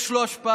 יש לו השפעה.